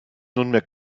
nunmehr